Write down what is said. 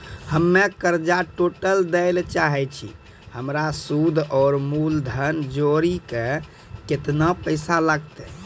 हम्मे कर्जा टोटल दे ला चाहे छी हमर सुद और मूलधन जोर के केतना पैसा लागत?